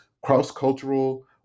cross-cultural